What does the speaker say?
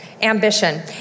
Ambition